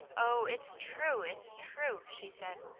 oh, it's true! it's true! she said.